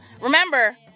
Remember